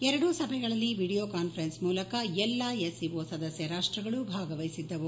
ಎರಡೂ ಸಭೆಗಳಲ್ಲಿ video conference ಮೂಲಕ ಎಲ್ಲಾ ಎಸ್ ಸಿ ಓ ಸದಸ್ಯ ರಾಷ್ಟ್ ಗಳು ಭಾಗವಹಿಸಿದ್ದವು